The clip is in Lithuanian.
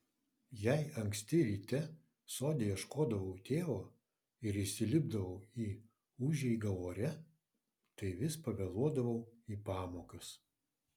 jei anksti ryte sode ieškodavau tėvo ir įsilipdavau į užeigą ore tai vis pavėluodavau į pamokas